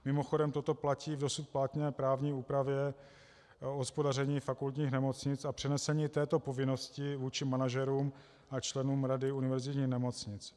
Mimochodem toto platí v dosud platné právní úpravě o hospodaření fakultních nemocnic a přenesení této povinnosti vůči manažerům a členům rady univerzitních nemocnic.